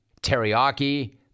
teriyaki